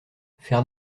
faire